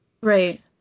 right